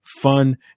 fun